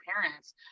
parents